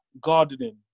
gardening